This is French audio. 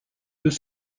deux